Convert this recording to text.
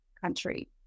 country